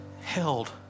held